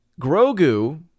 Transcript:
Grogu